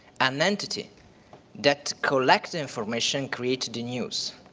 an entity that collects information created in use.